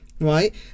right